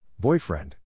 Boyfriend